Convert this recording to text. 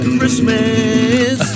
Christmas